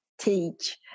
teach